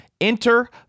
Enter